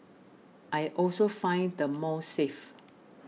I also find the mall safe